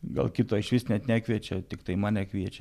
gal kito išvis net nekviečia tiktai mane kviečia